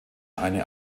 eine